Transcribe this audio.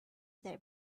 that